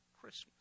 Christmas